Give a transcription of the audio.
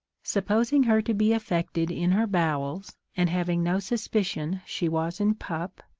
supposing her to be affected in her bowels, and having no suspicion she was in pup,